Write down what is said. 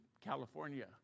California